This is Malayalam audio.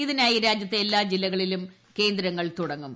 ഇതിനായി രാജ്യത്തെ എല്ലാ ജില്ലകളിലും കേന്ദ്രങ്ങൾ തുടങ്ങും